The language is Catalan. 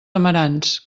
amarants